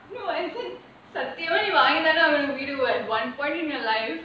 no as in சத்தியமா நீ வாங்கலனா:sathiyaamaa nee vaangalanaa one point in your life